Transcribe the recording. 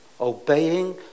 obeying